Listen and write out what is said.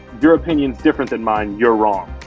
your opinion, different than mine, you're wrong.